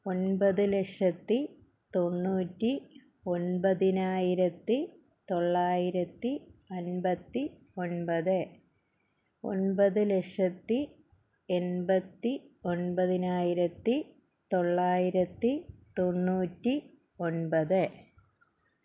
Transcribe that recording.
ഒൻപത് ലക്ഷത്തി തൊണ്ണൂറ്റി ഒൻപതിനായിരത്തി തൊള്ളായിരത്തി അൻപത്തി ഒൻപത് ഒൻപത് ലക്ഷത്തി എൺപത്തി ഒൻപതിനായിരത്തി തൊള്ളായിരത്തി തൊണ്ണൂറ്റി ഒൻപത്